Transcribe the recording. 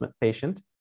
patient